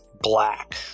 black